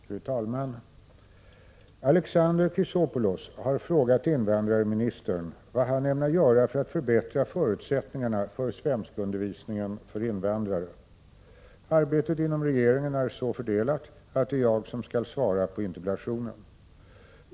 Fru talman! Alexander Chrisopoulos har frågat invandrarministern vad han ämnar göra för att förbättra förutsättningarna för svenskundervisningen för invandrare. Arbetet inom regeringen är så fördelat att det är jag som skall svara på interpellationen.